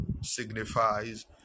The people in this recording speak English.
signifies